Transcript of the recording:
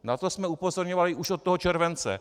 Na to jsme upozorňovali už od toho července.